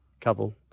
Couple